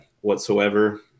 whatsoever